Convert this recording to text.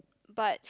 but